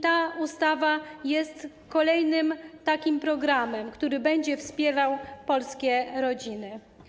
Ta ustawa jest kolejnym takim programem, który będzie wspierał polskie rodziny.